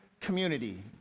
Community